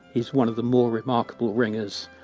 he's one of the more remarkable ringers,